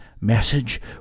message